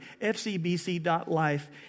fcbc.life